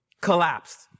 collapsed